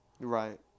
Right